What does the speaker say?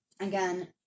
again